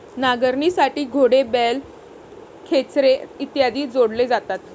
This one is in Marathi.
नांगरणीसाठी घोडे, बैल, खेचरे इत्यादी जोडले जातात